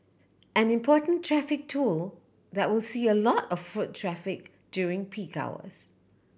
an important traffic tool that will see a lot of foot traffic during peak hours